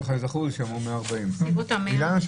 זכור לי שאמרו 140. אילנה,